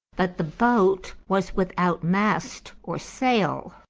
but the boat was without mast or sail,